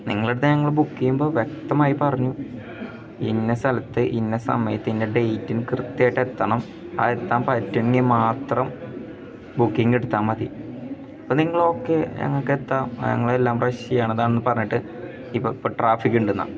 നിങ്ങളുടെയടുത്ത് ഞങ്ങൾ ബുക്ക് ചെയ്യുമ്പോൾ വ്യക്തമായി പറഞ്ഞു ഇന്ന സ്ഥലത്ത് ഇന്ന സമയത്ത് ഇന്ന ഡേയ്റ്റിന് കൃത്യമായിട്ട് എത്തണം ആ എത്താൻ പറ്റുമെങ്കിൽ മാത്രം ബുക്കിങ്ങെടുത്താൽ മതി അപ്പം നിങ്ങളോക്കെ ഞങ്ങൾക്കെത്താം ഞങ്ങളെല്ലാം റഷ് ചെയ്യുകയാണ് അതാണ് പറഞ്ഞിട്ട് ഇപ്പപ്പം ട്രാഫിക്കുണ്ടെന്നോ